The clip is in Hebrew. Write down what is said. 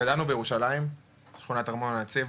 גדלנו בירושלים בשכונת ארמון הנציב,